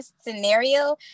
scenario